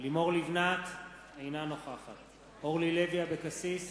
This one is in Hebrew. לימור לבנת, אינה נוכחת אורלי לוי אבקסיס,